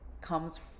comes